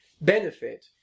benefit